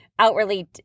outwardly